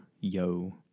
Yo